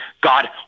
God